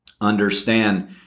understand